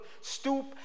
stoop